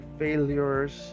failures